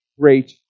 Great